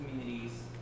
communities